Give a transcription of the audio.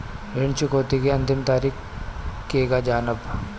ऋण चुकौती के अंतिम तारीख केगा जानब?